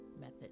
method